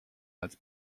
als